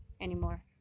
anymore